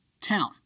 town